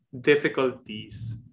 difficulties